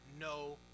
no